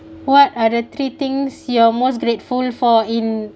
what are the three things you're most grateful for in